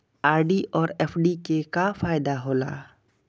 RD और FD के का फायदा हौला?